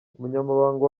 umunyamabanga